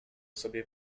sobie